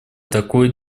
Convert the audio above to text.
такой